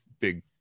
big